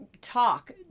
talk